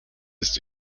ist